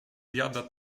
biada